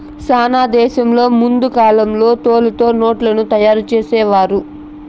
సైనా దేశంలో ముందు కాలంలో తోలుతో నోట్లను తయారు చేసేవారు